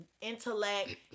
intellect